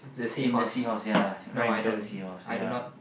in the seahorse ya right beside the seahorse ya